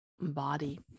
body